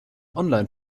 online